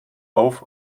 auf